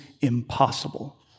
impossible